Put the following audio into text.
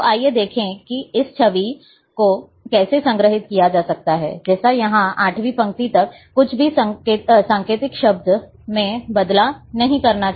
तो आइए देखें कि इस छवि को कैसे संग्रहीत किया जा सकता है जैसे यहां आठवीं पंक्ति तक कुछ भी सांकेतिक शब्दों में बदला नहीं करना है